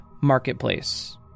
marketplace